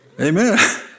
Amen